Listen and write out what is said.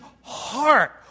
heart